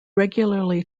regularly